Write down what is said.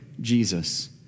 Jesus